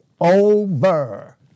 Over